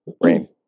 brain